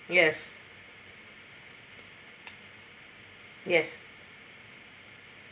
yes yes